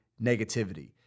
negativity